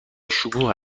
شکوه